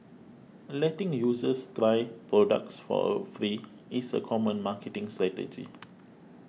letting users try products for free is a common marketing strategy